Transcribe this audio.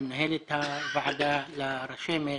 למנהלת הוועדה, לרשמת,